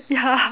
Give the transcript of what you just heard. ya